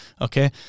okay